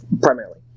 primarily